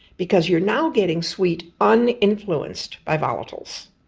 because you are now getting sweet uninfluenced by volatiles.